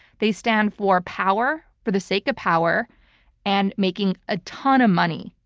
they stand for power for the sake of power and making a ton of money,